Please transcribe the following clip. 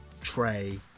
tray